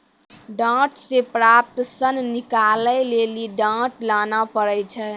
डांट से प्राप्त सन निकालै लेली डांट लाना पड़ै छै